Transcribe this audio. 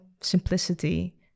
simplicity